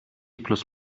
plus